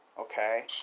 Okay